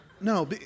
no